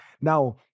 Now